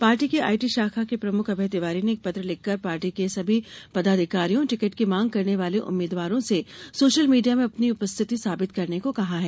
party की IT शाखा के प्रमुख अभय तिवारी ने एक पत्र लिखकर पार्टी के सभी प्रदाधिकारियो और टिकट की मांग करने वाले उम्मीदवारों से सोशल मीडिया में अपनी उपस्थिति साबित करने को कहा है